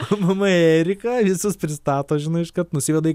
mama erika visus pristato žinai iškart nusiveda į